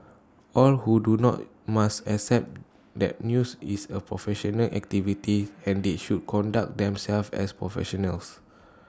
all who do not must accept that news is A professional activity and they should conduct themselves as professionals